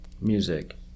music